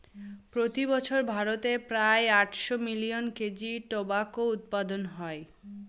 প্রতি বছর ভারতে প্রায় আটশো মিলিয়ন কেজি টোবাকো উৎপাদন হয়